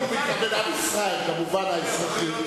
אם הוא מתכוון לעם ישראל במובן האזרחי.